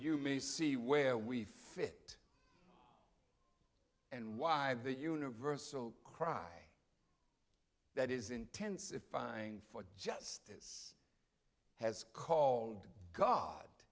may see where we fit and why the universal cry that is intensifying for justice has called god